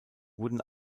wurden